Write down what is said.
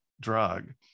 drug